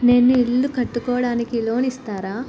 నేను ఇల్లు కట్టుకోనికి లోన్ ఇస్తరా?